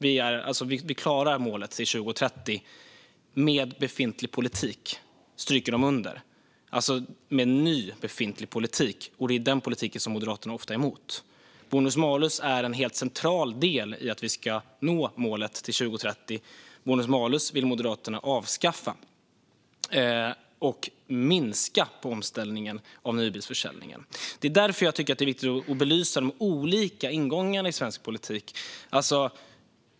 Naturvårdsverket stryker under att vi klarar målet till 2030 med ny befintlig politik. Det är den politiken som Moderaterna ofta är emot. Bonus malus är en helt central del i att vi ska nå målet till 2030. Moderaterna vill avskaffa bonus malus och minska på omställningen av nybilsförsäljningen. Det är därför jag tycker att det är viktigt att belysa de olika ingångarna i svensk politik.